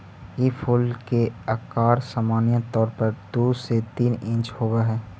ई फूल के अकार सामान्य तौर पर दु से तीन इंच होब हई